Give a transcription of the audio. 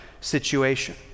situation